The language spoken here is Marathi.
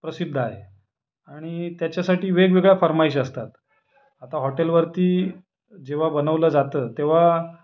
प्रसिद्ध आहे आणि त्याच्यासाठी वेगवेगळ्या फर्माइशी असतात आता हॉटेलवरती जेव्हा बनवलं जातं तेव्हा